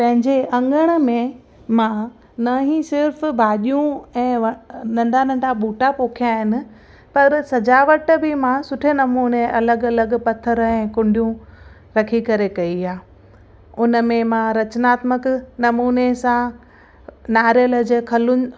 पंहिंजे अंगण में मां न ई सिर्फ़ु भाॼियूं ऐं व नंढा नंढा ॿूटा पोखिया आहिनि पर सजावट बि मां सुठे नमूने अलॻि अलॻि पत्थर ऐं कुंॾियूं रखी करे कई आहे उन में मां रचनात्मक नमूने सां नारेल जे खलुनि